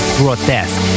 grotesque